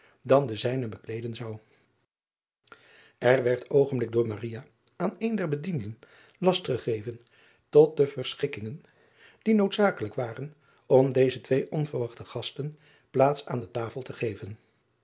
dan de zijne bekleeden zou r werd oogenblikkelijk door aan een der bedienden last gegeven tot de verschikkingen die noodzakelijk waren om deze twee onverwachte gasten plaats aan de tafel te geven